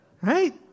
Right